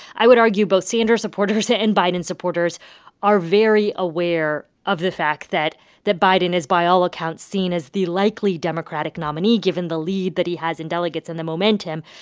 i would argue both sanders supporters and biden supporters are very aware of the fact that that biden is, by all accounts, seen as the likely democratic nominee, given the lead that he has in delegates and the momentum